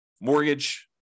mortgage